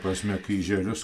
prasme kryželius